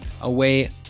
away